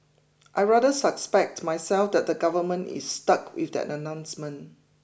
I rather suspect myself that the government is stuck with that announcement